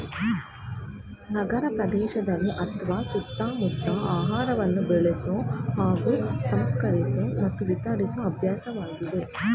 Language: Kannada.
ನಗರಪ್ರದೇಶದಲ್ಲಿ ಅತ್ವ ಸುತ್ತಮುತ್ತ ಆಹಾರವನ್ನು ಬೆಳೆಸೊ ಹಾಗೂ ಸಂಸ್ಕರಿಸೊ ಮತ್ತು ವಿತರಿಸೊ ಅಭ್ಯಾಸವಾಗಿದೆ